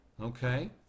Okay